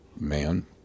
man